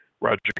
Roger